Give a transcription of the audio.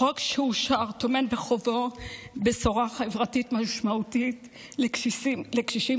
החוק שאושר טומן בחובו בשורה חברתית משמעותית לקשישים